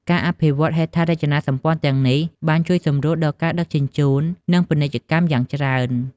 ការអភិវឌ្ឍហេដ្ឋារចនាសម្ព័ន្ធទាំងនេះបានជួយសម្រួលដល់ការដឹកជញ្ជូននិងពាណិជ្ជកម្មយ៉ាងច្រើន។